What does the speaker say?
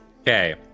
Okay